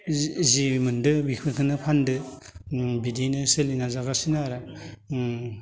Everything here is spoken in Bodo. जि मोनदो बेफोरखोनो फानदो ओम बिदियैनो सोलिनानै जागासिनो आरो ओम